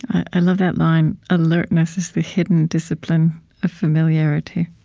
i love that line, alertness is the hidden discipline of familiarity.